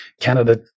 Canada